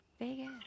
Vegas